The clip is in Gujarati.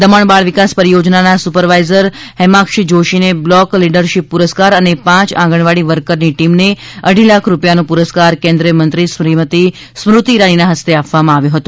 દમણ બાળવિકાસ પરિયોજનાના સુપરવાઇઝર હેમાંક્ષી જોશીને બ્લોક લીડરશીપ પુરસ્કાર અને પાંચ આંગણવાડી વર્કરની ટીમને અઢી લાખ રૂપિયાનો પુરસ્કાર કેન્દ્રીય મંત્રી શ્રીમતી સ્મ્રતિ ઇરાનીના હસ્તે આપવામાં આવ્યો હતો